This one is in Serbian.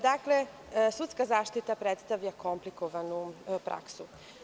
Dakle, sudska zaštita predstavlja komplikovanu praksu.